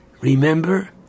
remember